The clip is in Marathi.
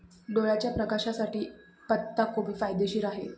डोळ्याच्या प्रकाशासाठी पत्ताकोबी फायदेशीर आहे